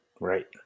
Right